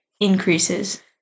increases